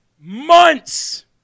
months